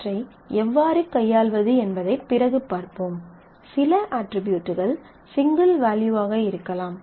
அவற்றை எவ்வாறு கையாள்வது என்பதைப் பிறகு பார்ப்போம் சில அட்ரிபியூட்கள் சிங்கள் வேல்யூவாக இருக்கலாம்